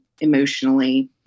emotionally